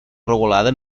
regulada